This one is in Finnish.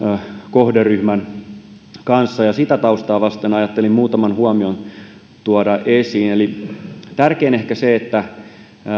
kohderyhmän kanssa ja sitä taustaa vasten ajattelin muutaman huomion tuoda esiin tärkein ehkä se että